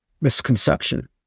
misconception